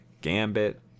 Gambit